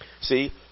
See